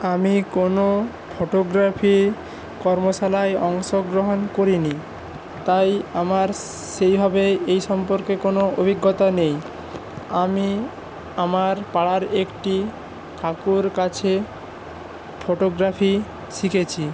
আমি কোনো ফটোগ্রাফি কর্মশালায় অংশগ্রহণ করিনি তাই আমার সেইভাবে এই সম্পর্কে কোনো অভিজ্ঞতা নেই আমি আমার পাড়ার একটি কাকুর কাছে ফটোগ্রাফি শিখেছি